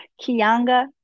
Kianga